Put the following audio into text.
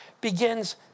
begins